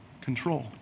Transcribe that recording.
Control